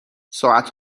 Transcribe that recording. ساعت